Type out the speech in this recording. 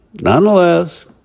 Nonetheless